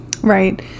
Right